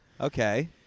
Okay